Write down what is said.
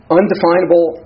undefinable